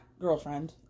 girlfriend